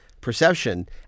perception